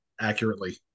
accurately